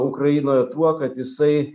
ukrainoje tuo kad jisai